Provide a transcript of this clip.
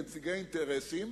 כנציגי אינטרסים,